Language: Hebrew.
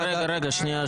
רגע, רגע.